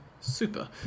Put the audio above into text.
Super